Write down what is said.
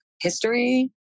history